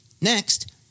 Next